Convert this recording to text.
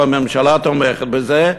והממשלה תומכת בזה,